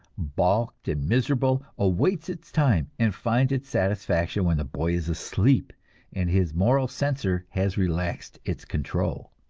balked and miserable, awaits its time, and finds its satisfaction when the boy is asleep and his moral censor has relaxed its control.